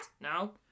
No